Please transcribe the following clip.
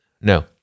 no